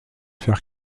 faire